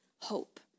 hope